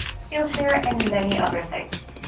skillshare, and many other sites.